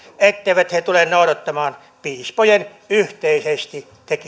etteivät he tule noudattamaan piispojen yhteisesti